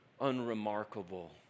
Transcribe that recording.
unremarkable